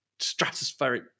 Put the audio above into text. stratospheric